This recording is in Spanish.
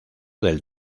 del